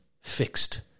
fixed